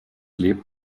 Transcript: lebt